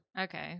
Okay